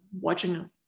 watching